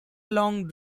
long